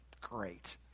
great